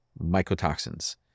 mycotoxins